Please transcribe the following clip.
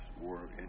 work